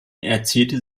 erzielte